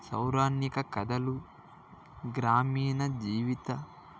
సౌరాణిక కథలు గ్రామీణ జీవిత